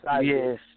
Yes